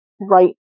right